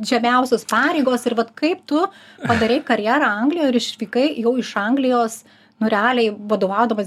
žemiausios pareigos ir vat kaip tu padarei karjerą anglijoj ir išvykai jau iš anglijos nu realiai vadovaudamas